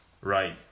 Right